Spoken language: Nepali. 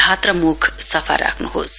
हात र मुख सफा राख्नुहोस